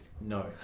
No